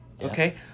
okay